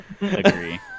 Agree